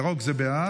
ירוק זה בעד,